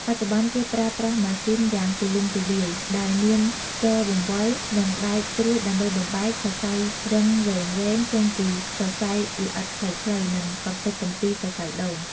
បច្ចុប្បន្ន គេប្រើប្រាស់ម៉ាស៊ីនយ៉ាងទូលំទូលាយ ដែលមានស្គរបង្វិល និងដែកស្រួចដើម្បីបំបែក សរសៃរឹងវែងៗ ចេញពីសរសៃល្អិតខ្លីៗ និងកម្ទេចកម្ទីសរសៃដូង។